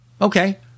Okay